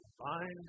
find